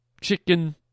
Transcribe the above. chicken